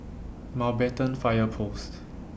Mountbatten Fire Post